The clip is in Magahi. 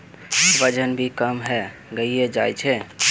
वजन भी कम है गहिये जाय है?